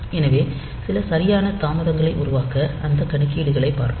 எனவே சில சரியான தாமதங்களை உருவாக்க அந்த கணக்கீடுகளைப் பார்ப்போம்